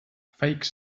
fake